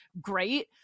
Great